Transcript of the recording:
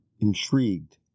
Intrigued